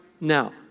now